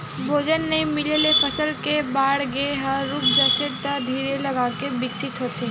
भोजन नइ मिले ले फसल के बाड़गे ह रूक जाथे त धीर लगाके बिकसित होथे